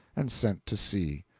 and sent to sea.